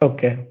Okay